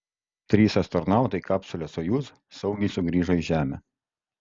trys astronautai kapsule sojuz saugiai sugrįžo į žemę